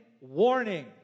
warning